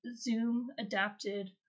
Zoom-adapted